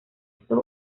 sue